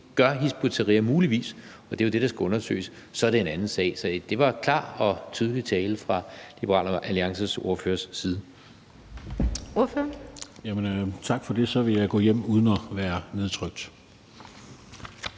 gør Hizb ut-Tahrir muligvis, og det er jo det, der skal undersøges, så er det en anden sag. Så det var klar og tydelig tale fra Liberal Alliances ordførers side. Kl. 14:51 Den fg. formand (Birgitte Vind): Ordføreren.